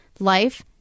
life